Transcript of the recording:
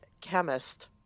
chemist